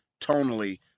tonally